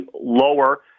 lower